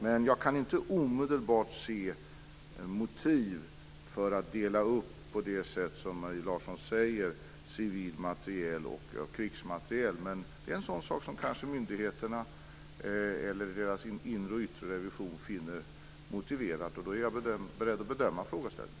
Men jag kan inte omedelbart se motiv för att dela upp, på det sätt som Maria Larsson säger, civil materiel och krigsmateriel. Men det är en sådan sak som kanske myndigheterna eller deras inre och yttre revision finner motiverad. Då är jag beredd att bedöma frågeställningen.